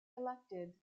elected